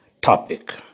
topic